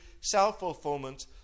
self-fulfillment